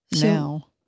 now